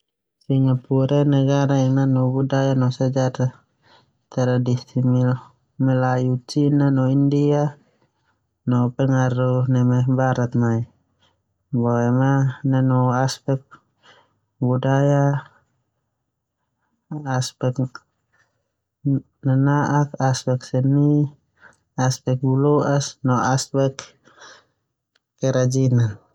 Singgapura ia negara yang nanu budaya no sejarah neme tradisi melayu, Cina india no pengaruh barat boema nanu aspek budaya, aspek nana'ak no aspek seni.